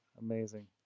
Amazing